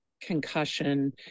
concussion